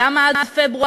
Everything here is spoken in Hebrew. למה עד פברואר?